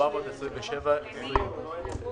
16-427-20 והיא